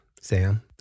Sam